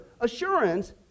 assurance